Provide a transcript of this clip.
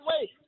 wait